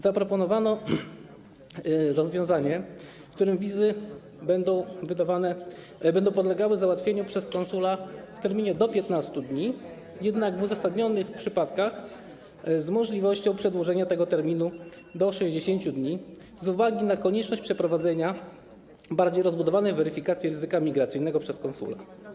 Zaproponowano rozwiązanie, w którym wizy będą wydawane, będą podlegały załatwieniu przez konsula w terminie do 15 dni, jednak w uzasadnionych przypadkach z możliwością przedłużenia tego terminu do 60 dni, z uwagi na konieczność przeprowadzenia bardziej rozbudowanej weryfikacji ryzyka migracyjnego przez konsula.